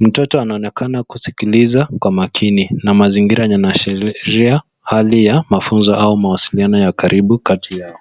Mtoto anaonekana kusikiliza kwa makini na mazingira yenye inaashiria hali ya mafunzo au mawasiliano ya karibu kati yao.